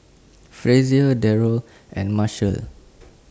Frazier Darold and Marshall